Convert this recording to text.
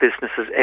businesses